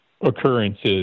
occurrences